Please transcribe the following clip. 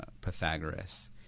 Pythagoras